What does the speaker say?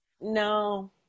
No